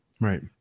Right